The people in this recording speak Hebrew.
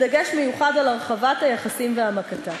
בדגש מיוחד על הרחבת היחסים והעמקתם.